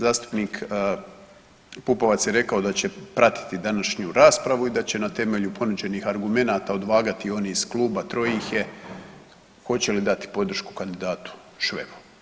Zastupnik Pupovac je rekao da će pratiti današnju raspravu i da će na temelju ponuđenih argumenata odvagati oni iz kluba, troje ih je, hoće li dati podršku kandidatu Švebu.